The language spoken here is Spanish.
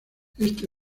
este